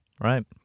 Right